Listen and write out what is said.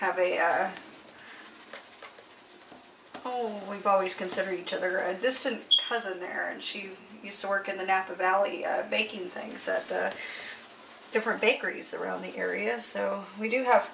have a whole we've always consider each other a distant cousin there and she used to work in the napa valley baking things that the different bakeries around the area have so we do have